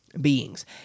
beings